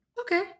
Okay